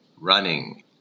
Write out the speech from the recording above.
Running